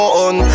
on